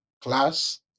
class